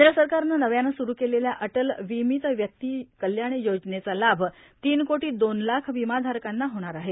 केंद्र सरकारनं नव्यानं सुरु केलेल्या अटल बिमित व्यक्ती कल्याण योजनेचा लाभ तीन कोटी दोन लाख विमाधारकांना होणार आहे